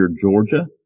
Georgia